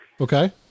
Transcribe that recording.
Okay